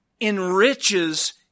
enriches